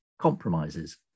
compromises